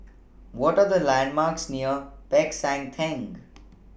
What Are The landmarks near Peck San Theng